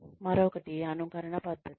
మరొకటి అనుకరణ పద్ధతులు